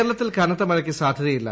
കേരളത്തിൽ കനത്ത മഴയ്ക്ക് സാധ്യതയില്ല